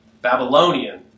Babylonian